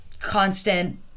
constant